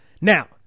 Now